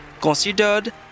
considered